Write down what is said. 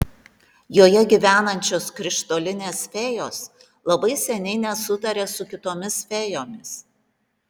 joje gyvenančios krištolinės fėjos labai seniai nesutaria su kitomis fėjomis